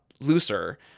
looser